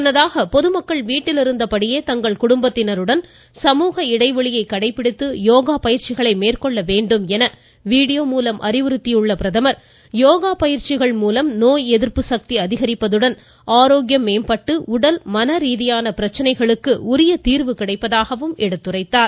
முன்னதாக பொதுமக்கள் வீட்டிலிருந்தபடியே தங்கள் குடும்பத்தினருடன் சமூக இடைவெளியை கடைபிடித்து யோகா பயிற்சிகளை மேற்கொள்ள வேண்டும் என வீடியோ மூலம் அறிவுறுத்திய பிரதமர் யோகா பயிற்சிகள் மூலம் நோய் எதிர்ப்பு சக்தி அதிகரிப்பதுடன் ஆரோக்கியம் மேம்படுவதுடன் உடல் மன ரீதியான பிரச்சனைகளுக்கு உரிய தீர்வு கிடைப்பதாகவும் எடுத்துரைத்தார்